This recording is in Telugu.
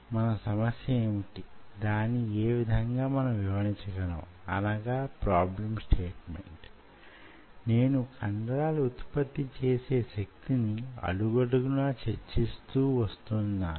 మన సమస్య ఏమిటి దాని యే విధంగా మనం వివరించగలం నేను కండరాలు వుత్పత్తి చేసే శక్తిని అడుగడుగునా చర్చిస్తూ వస్తున్నాను